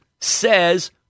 says